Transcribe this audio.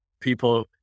people